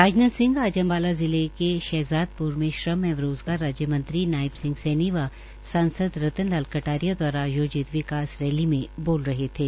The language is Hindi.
राजनाथ सिंह आज अम्बाला जिले के शहजादप्र में श्रम एवं रोज़गार राज्य मंत्री नायब सिंह सैनी व सांसद रतन लाल कटारिया दवारा आयोजित विकास रैली में बोल रहे थे